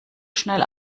schnell